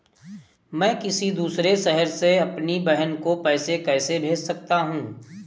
मैं किसी दूसरे शहर से अपनी बहन को पैसे कैसे भेज सकता हूँ?